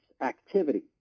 activity